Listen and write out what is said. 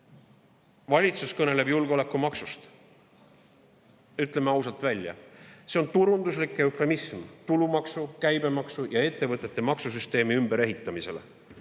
Valitsus kõneleb julgeolekumaksust. Ütleme ausalt välja: see on turunduslik eufemism tulumaksu, käibemaksu ja ettevõtete maksusüsteemi ümberehitamisele.